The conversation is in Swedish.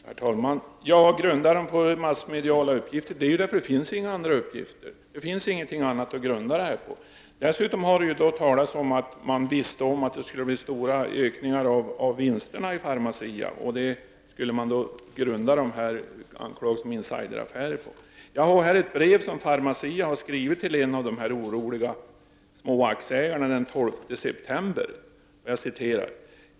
Herr talman! Jag grundar mina påståenden på massmediala uppgifter, eftersom det inte finns några andra uppgifter. Det har dessutom talats om att man visste om att det skulle bli stora ökningar av vinsterna i Pharmacia. Anklagelserna om insideraffärerna skulle grundas på det. Jag har här ett brev skrivet av Bertil Tiusanen på Pharmacia, adresserat till en av de oroliga små aktieägarna. Brevet är daterat den 12 september 1989.